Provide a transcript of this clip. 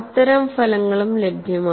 അത്തരം ഫലങ്ങളും ലഭ്യമാണ്